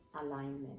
alignment